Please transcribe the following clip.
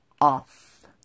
Off